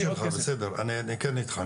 בסדר, אני כן איתך.